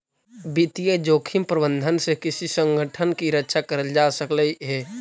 वित्तीय जोखिम प्रबंधन से किसी संगठन की रक्षा करल जा सकलई हे